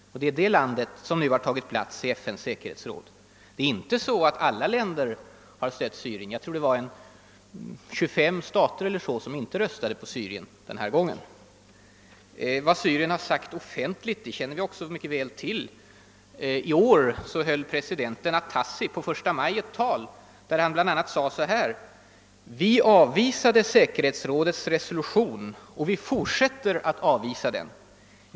Det är det landet som nu har tagit plats i FN:s säkerhetsråd. Och det är inte alls så att alla länder har stött Syriens inval. Det var 25 stater som inte röstade på Syrien denna gång. Vad som från syriskt håll har sagts offentligt känner vi också mycket väl till. I år höll presidenten al-Atassi på första maj ett tal där han bl.a. förklarade: »Vi avvisade säkerhetsrådets resolution och vi fortsätter att avvisa den.